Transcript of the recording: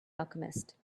alchemist